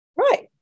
Right